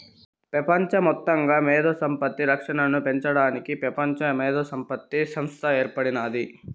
పెపంచ మొత్తంగా మేధో సంపత్తి రక్షనను పెంచడానికి పెపంచ మేధోసంపత్తి సంస్త ఏర్పడినాది